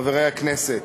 חברי הכנסת,